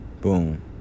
boom